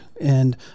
and-